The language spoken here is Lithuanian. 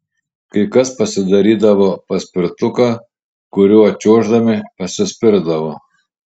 kai kas pasidarydavo paspirtuką kuriuo čiuoždami pasispirdavo